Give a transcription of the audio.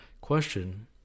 question